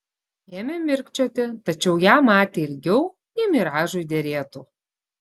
ėmė mirkčioti tačiau ją matė ilgiau nei miražui derėtų